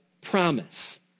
promise